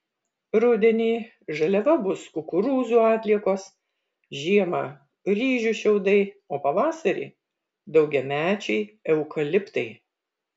rudenį žaliava bus kukurūzų atliekos žiemą ryžių šiaudai o pavasarį daugiamečiai eukaliptai